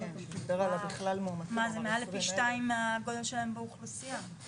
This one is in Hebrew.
זה מעל לפי שניים מהגודל שלהם באוכלוסייה.